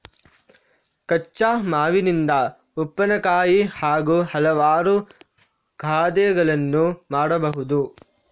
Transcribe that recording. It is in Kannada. ಕಚ್ಚಾ ಮಾವಿನಿಂದ ಉಪ್ಪಿನಕಾಯಿ ಹಾಗೂ ಹಲವಾರು ಖಾದ್ಯಗಳನ್ನು ಮಾಡಬಹುದು